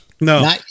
No